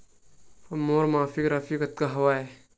मोर मासिक राशि कतका हवय?